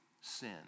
sin